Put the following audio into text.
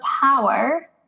power